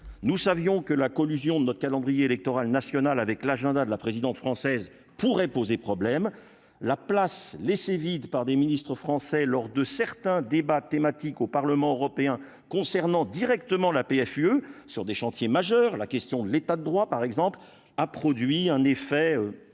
nous savions que la collusion de notre calendrier électoral national avec l'agenda de la présidence française pourrait poser problème, la place laissée vide par des ministres français lors de certains débats thématiques au Parlement européen, concernant directement la PFUE sur des chantiers majeurs : la question de l'état de droit, par exemple, a produit un effet